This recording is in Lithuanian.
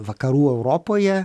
vakarų europoje